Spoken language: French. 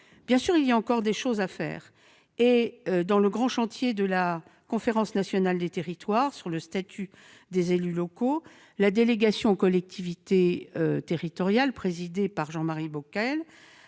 doute, il y a encore des choses à faire et, dans le cadre du grand chantier de la Conférence nationale des territoires sur le statut des élus locaux, la délégation sénatoriale aux collectivités territoriales, présidée par Jean-Marie Bockel,